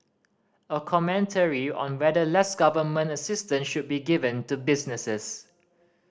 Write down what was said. a commentary on whether less government assistance should be given to businesses